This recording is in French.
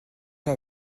pas